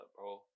bro